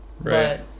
Right